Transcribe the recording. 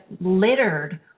littered